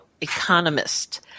economist